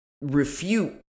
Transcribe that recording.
refute